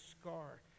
scar